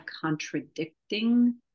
contradicting